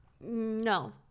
No